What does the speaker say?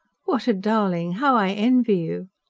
what a darling! how i envy you!